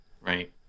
Right